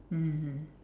mmhmm